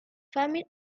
feminine